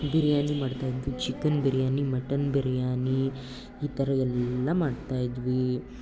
ಬಿರ್ಯಾನಿ ಮಾಡ್ತಾಯಿದ್ವಿ chicken biryani mutton biryani ಈ ಥರ ಎಲ್ಲ ಮಾಡ್ತಾಯಿದ್ವಿ